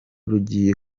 rugiye